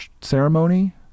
ceremony